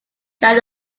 that